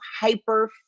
hyper